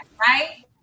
right